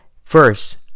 first